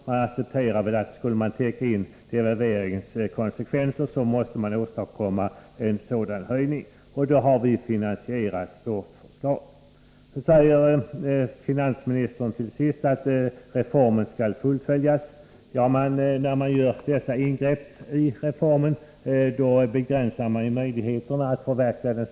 Skulle devalveringens konsekvenser täckas in, måste det bli fråga om en sådan höjning. I centerns motion hösten 1982 ställdes också kravet att basenheten skulle höjas med 200 kr. Finansministern sade till sist att reformen skall fullföljas. Men gör man dessa ingrepp i reformen begränsas ju möjligheterna att förverkliga den.